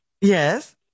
Yes